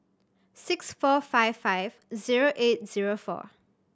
six four zero five zero eight zero four